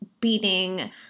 beating